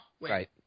Right